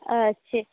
अच्छा